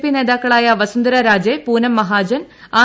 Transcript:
P നേതാക്കളായ Vasundhara Raje Poonam Mahajan R